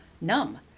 numb